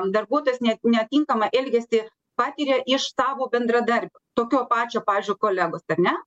darbuotojas net netinkamą elgesį patiria iš tavo bendradarbio tokio pačio pavyzdžiui kolegos ar ne